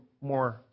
more